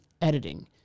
editing